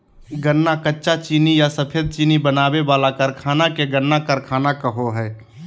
गन्ना कच्चा चीनी या सफेद चीनी बनावे वाला कारखाना के गन्ना कारखाना कहो हइ